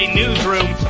newsroom